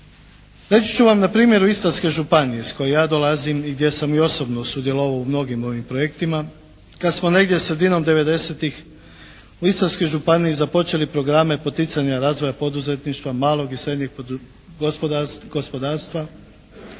Reći ću vam na primjeru Istarske županije iz koje ja dolazim i gdje sam i osobno sudjelovao u mnogim ovim projektima kad smo negdje sredinom '90.-ih u Istarskoj županiji započeli programe poticanja razvoja poduzetništva, malog i srednjeg gospodarstva